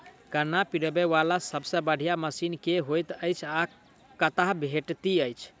गन्ना पिरोबै वला सबसँ बढ़िया मशीन केँ होइत अछि आ कतह भेटति अछि?